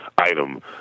item